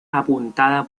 apuntada